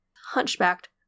hunchbacked